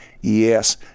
Yes